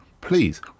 please